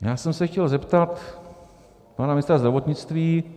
Jinak jsem se chtěl zeptat pana ministra zdravotnictví.